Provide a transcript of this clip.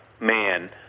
man